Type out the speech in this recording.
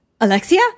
Alexia